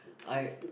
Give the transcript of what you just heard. I